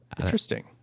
Interesting